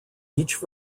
each